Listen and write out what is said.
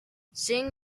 seeing